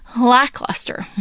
Lackluster